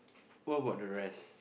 what about the rest